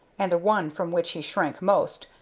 and the one from which he shrank most,